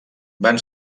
van